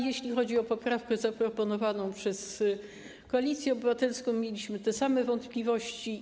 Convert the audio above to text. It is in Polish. Jeśli chodzi o poprawkę zaproponowaną przez Koalicję Obywatelską, mieliśmy te same wątpliwości.